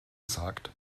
sagt